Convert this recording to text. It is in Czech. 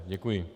Děkuji.